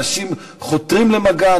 אנשים חותרים למגע,